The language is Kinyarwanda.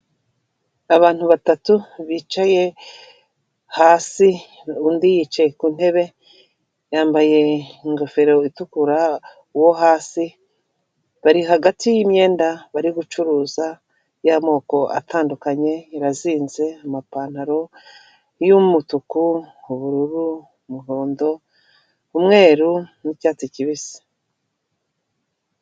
Abantu batatu bicaye hasi undi yicaye ku ntebe, yambaye ingofero itukura uwo hasi bari hagati y'imyenda bari gucuruza y'amoko atandukanye, irazinze amapantaro y'umutuku n'ubururu umuhondo umweru n'icyatsi kibisi.